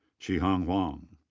cihang huang.